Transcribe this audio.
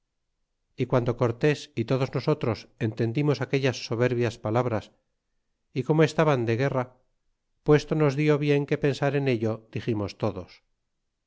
y quando cortes y todos nosotros entendimos aquellas soberbias palabras y como estaban de guerra puesto nos dió bien que pensar en ello diximos todos